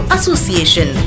Association